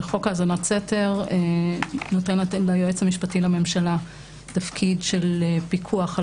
חוק האזנת סתר נותן ליועץ המשפטי לממשלה תפקיד של פיקוח על